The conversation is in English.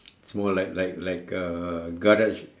it's more like like like a garage